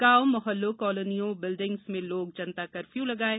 गाँव मोहल्लों कॉलोनियों बिल्डिंग्स में लोग जनता कर्फ्यू लगाएँ